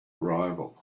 arrival